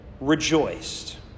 rejoiced